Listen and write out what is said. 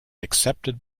accepted